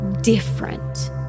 different